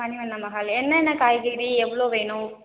மணிவண்ணன் மஹால் என்னென்ன காய்கறி எவ்வளோ வேணும்